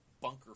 bunker